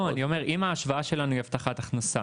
לא, אני אומר אם ההשוואה שלנו היא הבטחת הכנסה,